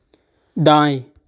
दाएँ